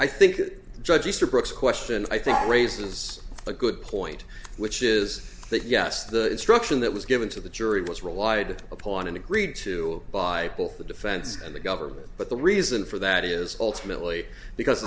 i think judge easter brooks question i think raises a good point which is that yes the instruction that was given to the jury was relied upon and agreed to by the defense and the government but the reason for that is ultimately because